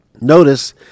Notice